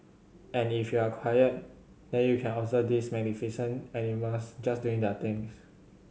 and if you're quiet then you can observe these magnificent animals just doing their things